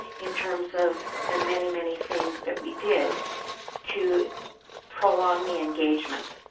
in terms of the many, many things that we did to prolong the engagement.